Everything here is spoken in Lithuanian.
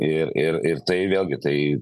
ir ir ir tai vėlgi tai